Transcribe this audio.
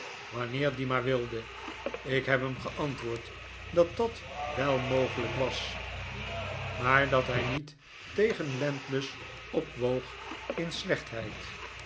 wanneer die maar wilde ik heb hem geantwoord dat dat wel mogelijk was maar dat hy niet tegen landless opwoog in slechtheid